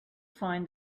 find